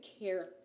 care